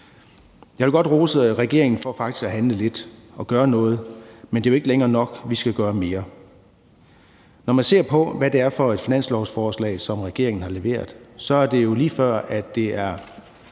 Jeg vil godt rose regeringen for faktisk at handle lidt og gøre noget, men det er jo ikke længere nok; vi skal gøre mere. Når man ser på, hvad det er for et finanslovsforslag, som regeringen har leveret, så er det jo lige før, det er